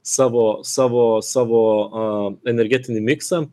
savo savo savo a energetinį miksą